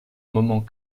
moments